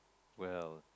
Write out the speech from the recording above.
well